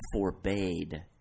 forbade